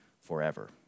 forever